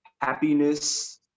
happiness